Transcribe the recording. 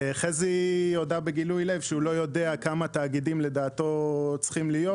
חזי הודה בגילוי לב שהוא לא יודע כמה תאגידים לדעתו צריכים להיות,